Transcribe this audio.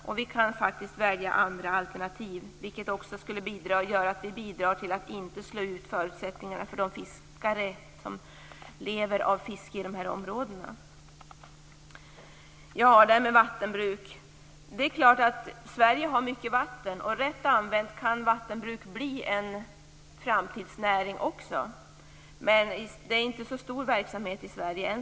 Men vi kan faktiskt välja andra alternativ, vilket skulle göra att vi bidrar till att inte slå ut förutsättningarna för de fiskare som lever av fiske i dessa områden. Sverige har mycket vatten, och rätt använt kan vattenbruk bli en framtidsnäring också. Men än så länge är detta inte någon stor verksamhet i Sverige.